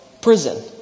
prison